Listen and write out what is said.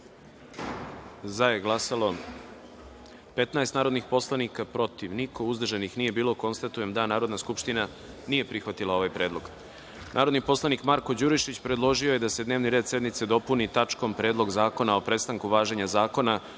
glasanje i saopštavam: za – 15, protiv – niko, uzdržanih – nema. Konstatujem da Narodna skupština nije prihvatila ovaj predlog. Narodni poslanik Marko Đurišić predložio je da se dnevni red sednice dopuni tačkom Predlog zakona o prestanku važenja Zakona